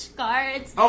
cards